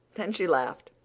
then she laughed,